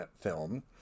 film